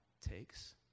takes